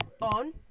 on